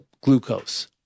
glucose